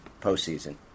postseason